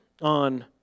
on